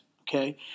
Okay